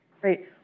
Great